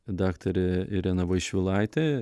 daktarė irena vaišvilaitė